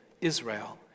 Israel